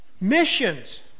missions